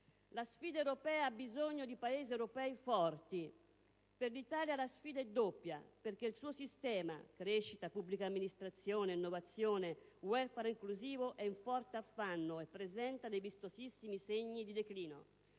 La sfida europea ha bisogno di Paesi europei forti. Per l'Italia la sfida è doppia perché il suo sistema, crescita, pubblica amministrazione, innovazione, *welfare* inclusivo, è in forte affanno e presenta dei vistosissimi segni di declino.